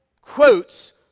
quotes